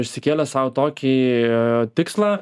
išsikėlęs sau tokį tikslą